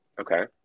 Okay